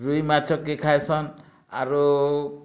ରୁହି ମାଛ କେ ଖାଏସନ୍ ଆରୁ